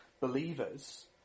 believers